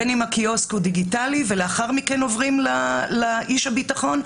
בין אם הקיוסק הוא דיגיטלי ולאחר מכן עוברים לאיש הביטחון,